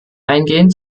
eingehen